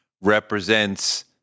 represents